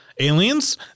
Aliens